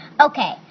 Okay